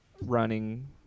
running